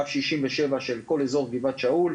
קו 67 של כל אזור גבעת שאול,